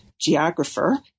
geographer